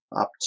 up